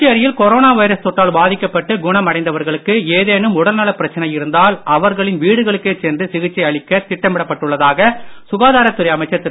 புதுச்சேரியில் corona virus தொற்றால் பாதிக்கப்பட்டு குணமடைந்தவர்களுக்கு எதேனும் உடல்நலப் பிரச்சனைகள் இருந்தால் அவர்களின் வீடுகளுக்கே அளிக்க திட்டமிடப்பட்டுள்ளதாக சுகாதாரத்துறை அமைச்சர் திரு